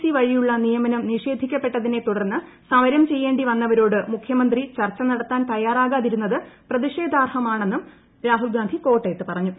C വഴിയുള്ള നിയമനം നിഷേധിക്കപ്പെട്ടത്തിന്നെ തുടർന്ന് സമരം ചെയ്യേണ്ടി വന്നവരോട് മുഖ്യമന്ത്രിച്ചർച്ച നടത്താൻ തയാറാകാതിരുന്നത് പ്രതിഷേധാ്ർഹമാണെന്നും രാഹുൽ ഗാന്ധി കോട്ടയത്ത് പറഞ്ഞു